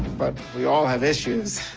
but we all have issues.